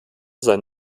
sein